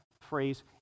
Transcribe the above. phrase